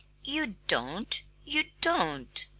you don't you don't!